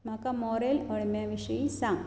म्हाका मॉरॅल अळम्यां विशीं सांग